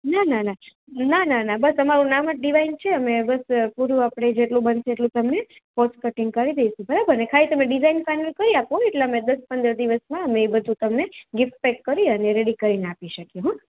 ના ના ના ના ના ના બસ અમારું નામ જ ડીવાઇન છે અને બસ પૂરું આપણે જેટલું બનશે એટલું તમને કોસ્ટ કટિંગ કરી દઈશું બરાબર ને ખાલી તમે ડીજાઈન ફાઇનલ કરી આપો એટલે અમે દસ પંદર દિવસમાં અમે એ બધું તમને ગિફ્ટ પેક કરી અને રેડી કરીને આપી શકીએ હો